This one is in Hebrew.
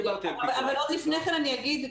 אבל עוד לפני כן אני אגיד,